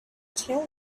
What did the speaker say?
tell